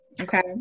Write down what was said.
Okay